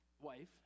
wife